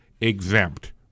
exempt